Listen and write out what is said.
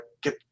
get